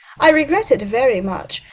i regret it very much.